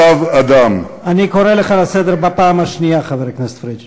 ואני מצטט: I am a passionate friend of